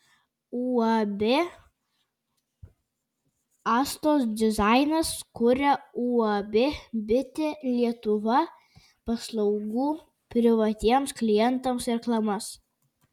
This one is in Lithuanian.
uab astos dizainas kuria uab bitė lietuva paslaugų privatiems klientams reklamas